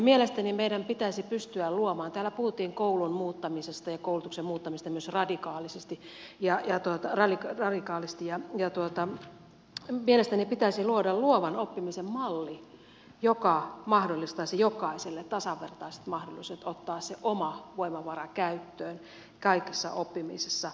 mielestäni meidän pitäisi pystyä luomaan täällä puhuttiin koulun muuttamisesta ja koulutuksen muuttamisesta myös radikaalisti ja jo tuottanut mielestäni pitäisi luovan oppimisen malli joka mahdollistaisi jokaiselle tasavertaiset mahdollisuudet ottaa se oma voimavara käyttöön kaikessa oppimisessa